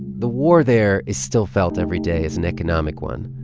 the war there is still felt every day as an economic one.